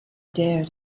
dare